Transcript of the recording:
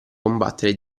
combattere